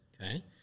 Okay